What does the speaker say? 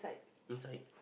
inside